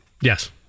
Yes